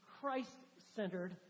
Christ-centered